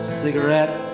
cigarette